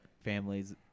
families